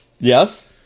Yes